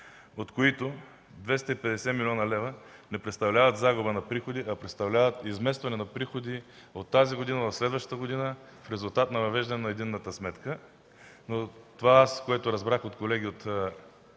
от които 250 млн. лв. не представляват загуба на приходи, а изместване на приходи от тази година в следващата година в резултат на въвеждането на единната сметка. Разбрах от колеги от